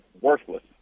worthless